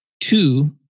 Two